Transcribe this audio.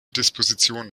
disposition